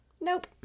nope